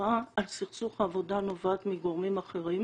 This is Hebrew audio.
ההצהרה על סכסוך העבודה נובעת מגורמים אחרים,